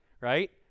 right